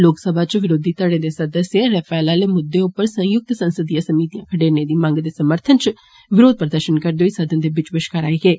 लोकसभा च बरोधी धड़े दे सदस्यें रफेल आहले मुद्दे उप्पर संयुक्त संसदीय समितियां खडेरने दी मंग दे समर्थन च बरोध प्रदर्षन करदे होई सदन दे बिच्च बष्कार आई गे